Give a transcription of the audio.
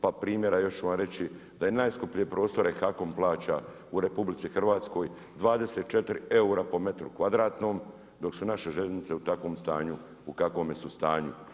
Pa primjera još ću vam reći da najskuplje prostore HAKOM plaća u RH 24 eura po metru kvadratnom dok su naše željeznice u takvom stanju u kakvome su stanju.